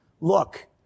look